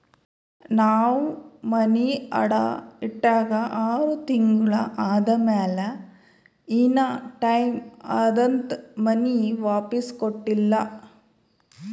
ನಾವ್ ಮನಿ ಅಡಾ ಇಟ್ಟಾಗ ಆರ್ ತಿಂಗುಳ ಆದಮ್ಯಾಲ ಇನಾ ಟೈಮ್ ಅದಂತ್ ಮನಿ ವಾಪಿಸ್ ಕೊಟ್ಟಿಲ್ಲ